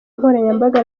nkoranyambaga